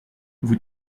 vous